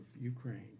Ukraine